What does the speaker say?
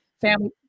Family